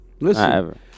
Listen